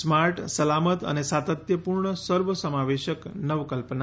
smart સલામત અને સાતત્યપૂર્ણ સર્વસમાવેશક નવકલ્પના